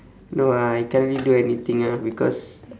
no ah I can't really do anything ah because